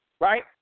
right